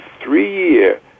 three-year